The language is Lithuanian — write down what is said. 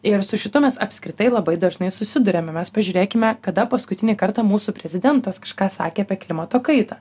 ir su šituo mes apskritai labai dažnai susiduriame mes pažiūrėkime kada paskutinį kartą mūsų prezidentas kažką sakė apie klimato kaitą